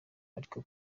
ariko